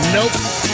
Nope